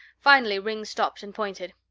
finally ringg stopped and pointed.